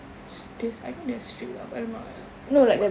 st~ I know they are strict ah but I don't know what